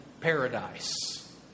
paradise